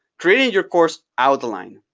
creating your course outline.